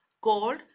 Called